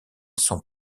sont